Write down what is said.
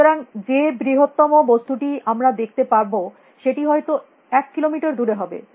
সুতরাং যে বৃহত্তম বস্তুটি আমরা দেখতে পারব সেটি হয়ত এক কিলোমিটার দুরে হবে